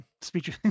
speech